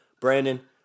Brandon